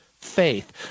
faith